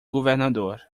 governador